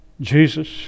Jesus